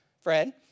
Fred